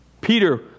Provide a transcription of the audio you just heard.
Peter